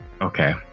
Okay